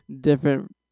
different